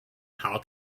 how